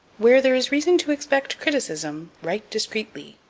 where there is reason to expect criticism write discreetly.